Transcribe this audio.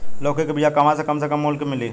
लौकी के बिया कहवा से कम से कम मूल्य मे मिली?